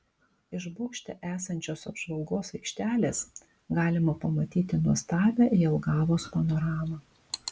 iš bokšte esančios apžvalgos aikštelės galima pamatyti nuostabią jelgavos panoramą